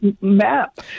map